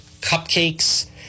cupcakes